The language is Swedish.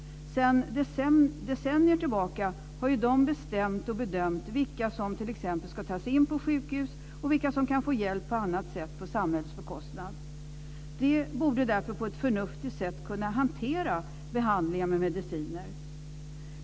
Sedan decennier tillbaka har de bestämt och bedömt vilka som t.ex. ska tas in på sjukhus och vilka som kan få hjälp på annat sätt på samhällets bekostnad. De borde därför på ett förnuftigt sätt kunna hantera behandlingar med mediciner.